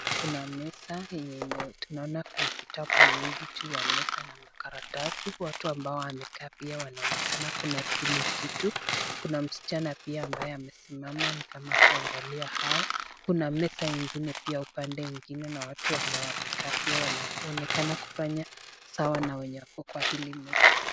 Kuna meza yenye tunaona kuna vitabu mingi juu ya meza na makaratasi watu ambao wamekaa pia wanaonekana kunakili kitu, kuna msichana pia ambaye amesimama, ni kama kuangalia hao, kuna meza ingine pia upande mwingine na watu ambao wamekaa pia, inaonekana kufanya sawa na wenye wako kwa hili meza.